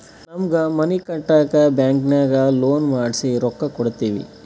ನಮ್ಮ್ಗ್ ಮನಿ ಕಟ್ಟಾಕ್ ಬ್ಯಾಂಕಿನಾಗ ಲೋನ್ ಮಾಡ್ಸಿ ರೊಕ್ಕಾ ತೊಂಡಿವಿ